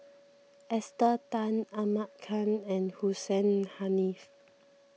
Esther Tan Ahmad Khan and Hussein Haniff